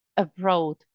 Abroad